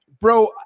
bro